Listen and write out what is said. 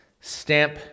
stamp